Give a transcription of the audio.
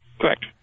Correct